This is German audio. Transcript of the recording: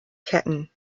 ketten